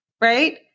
right